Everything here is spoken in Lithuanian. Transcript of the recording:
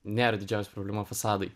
nėra didžiausia problema fasadai